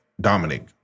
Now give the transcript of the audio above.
Dominic